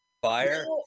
Fire